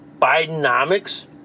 Bidenomics